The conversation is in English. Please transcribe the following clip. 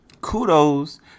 Kudos